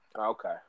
Okay